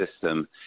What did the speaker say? system